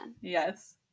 Yes